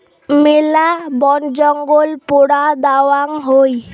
মেলা বনজঙ্গল পোড়া দ্যাওয়াং হই